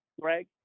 Greg